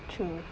true